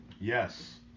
Yes